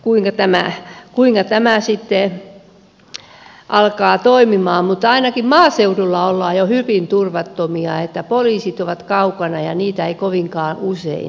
käytännössä nähdään kuinka tämä sitten alkaa toimimaan mutta ainakin maaseudulla ollaan jo hyvin turvattomia kun poliisit ovat kaukana ja niitä ei kovinkaan usein näe